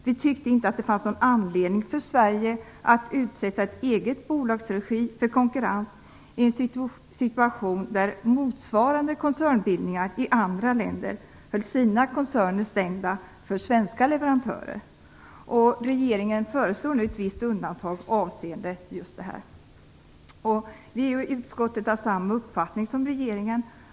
Vi tyckte inte att det fanns någon anledning för Sverige att utsätta ett eget bolags regi för konkurrens i en situation där motsvarande koncernbildningar i andra länder höll sina koncerner stängda för svenska leverantörer. Regeringen föreslår nu ett visst undantag avseende just detta. Vi i utskottet är av samma uppfattning som regeringen.